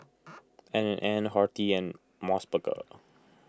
N and N Horti and Mos Burger